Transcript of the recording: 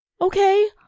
okay